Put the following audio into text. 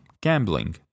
gambling